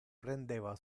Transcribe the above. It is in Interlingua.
prendeva